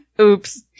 oops